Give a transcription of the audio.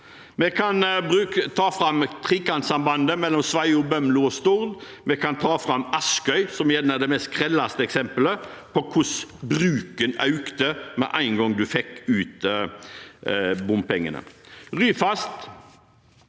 Vi kan ta fram Trekantsambandet, mellom Sveio, Bømlo og Stord. Vi kan ta fram Askøy, som gjerne er det grelleste eksempelet på hvordan bruken økte med en gang man fikk ut bompengene. Ryfast